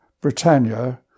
Britannia